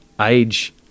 age